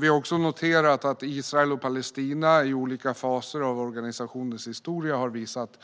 Vi har också noterat att Israel och Palestina i olika faser av organisationens historia har visat